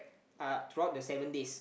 uh throughout the seven days